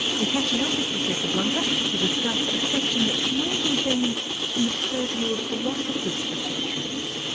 i'm catching up with professor blanke ah to discuss a question that's mainly been in the purview of philosophers for centuries.